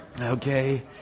okay